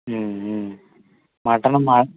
మటనునా